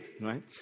right